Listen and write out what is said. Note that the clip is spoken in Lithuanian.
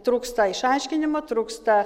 trūksta išaiškinimo trūksta